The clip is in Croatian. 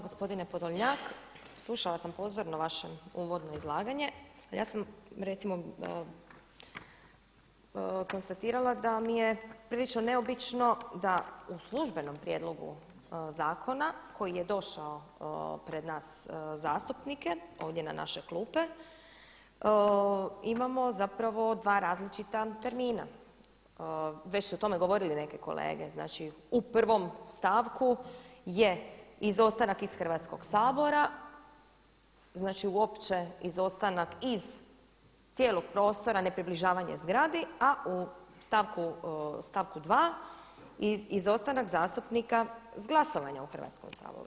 Gospodine Podolnjak, slušala sam pozorno vaše uvodno izlaganje ali ja sam recimo konstatirala da mi je prilično neobično da u službenom prijedlogu zakona, koji je došao pred nas zastupnike, ovdje na naše klupe, imamo zapravo dva različita termina, već su o tome govorili neke kolege, znači u prvom stavku je izostanak iz Hrvatskog sabora, znači uopće izostanak iz cijelog prostora, ne približavanje zgradi a u stavku 2. izostanak zastupnika sa glasovanja u Hrvatskom saboru.